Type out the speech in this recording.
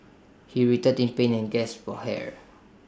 he writhed in pain and gasped for air